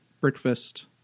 breakfast